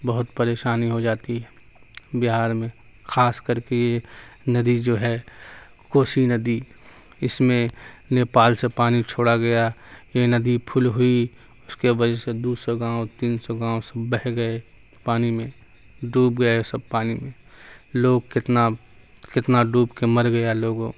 بہت پریشانی ہوجاتی ہے بہار میں خاص کر کے ندی جو ہے کوسی ندی اس میں نیپال سے پانی چھوڑا گیا یہ ندی پھل ہوئی اس کے وجہ سے دو سو گاؤں تین سو گاؤں سب بہہ گئے پانی میں ڈوب گئے سب پانی میں لوگ کتنا کتنا ڈوب کے مر گیا لوگوں